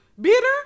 Bitter